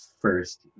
first